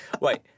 Wait